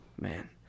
Man